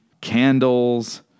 candles